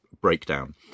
breakdown